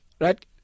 right